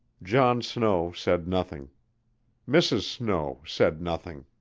john snow said nothing mrs. snow said nothing.